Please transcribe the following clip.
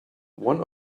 one